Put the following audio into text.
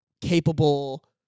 capable